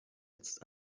jetzt